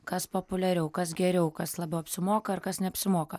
kas populiariau kas geriau kas labiau apsimoka ar kas neapsimoka